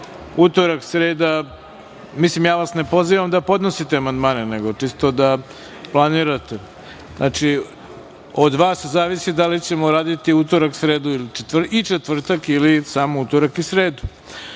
utorak, sreda… Mislim, ja vas ne pozivam da podnosite amandmane, nego čisto da planirate. Znači, od vas zavisi da li ćemo raditi utorak, sredu i četvrtak ili samo utorak i sredu. Pošto